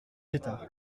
tétart